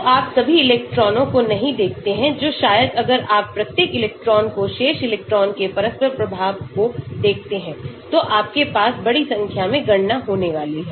तो आप सभी इलेक्ट्रॉनों को नहीं देखते हैं जो शायदअगर आप प्रत्येक इलेक्ट्रॉन को शेष इलेक्ट्रॉन के परस्पर प्रभाव को देखते हैं तो आपके पास बड़ी संख्या में गणनाएँ होने वाली हैं